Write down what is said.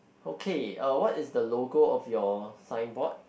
okay uh what is the logo of your signboard